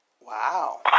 Wow